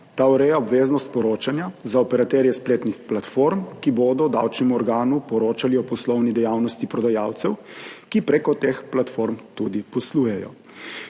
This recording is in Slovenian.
Ta ureja obveznost poročanja za operaterje spletnih platform, ki bodo davčnemu organu poročali o poslovni dejavnosti prodajalcev, ki prek teh platform tudi poslujejo.